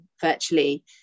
virtually